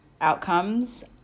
outcomes